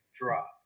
drop